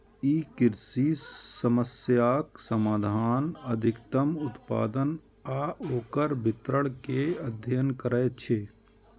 ई कृषि समस्याक समाधान, अधिकतम उत्पादन आ ओकर वितरण के अध्ययन करै छै